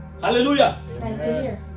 hallelujah